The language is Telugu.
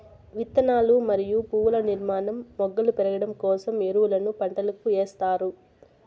విత్తనాలు మరియు పువ్వుల నిర్మాణం, మొగ్గలు పెరగడం కోసం ఎరువులను పంటలకు ఎస్తారు